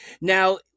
Now